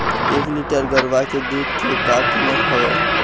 एक लीटर गरवा के दूध के का कीमत हवए?